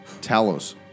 Talos